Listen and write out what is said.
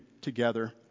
together